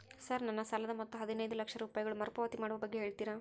Sir ನನ್ನ ಸಾಲದ ಮೊತ್ತ ಹದಿನೈದು ಲಕ್ಷ ರೂಪಾಯಿಗಳು ಮರುಪಾವತಿ ಮಾಡುವ ಬಗ್ಗೆ ಹೇಳ್ತೇರಾ?